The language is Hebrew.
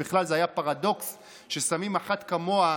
זה בכלל היה פרדוקס ששמים אחת כמוה,